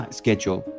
schedule